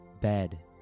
bed